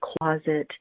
closet